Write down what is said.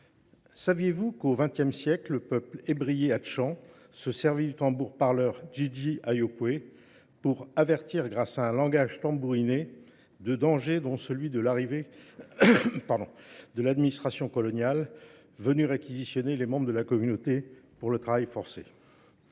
Saviez-vous qu'au XXe siècle, le peuple ébrier Hatchan se servit du tambour-parleur Jiji à Yokuei pour avertir grâce à un langage tambouriné de dangers dont celui de l'arrivée de l'administration coloniale venue réquisitionner les membres de la communauté pour le travail forcé ?